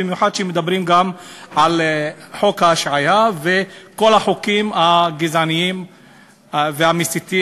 במיוחד כשמדברים על חוק ההשעיה וכל החוקים הגזעניים והמסיתים